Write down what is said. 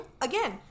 Again